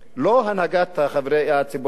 לא הנהגת הציבור הערבי,